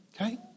Okay